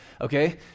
okay